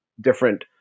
different